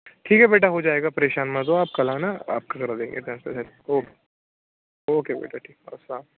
ٹھیک ہے بیٹا ہو جائے گا پریشان مت ہو آپ کل آنا آپ کا کرا دیں گے ٹرانسفر اوکے اوکے بیٹا ٹھیک السّلام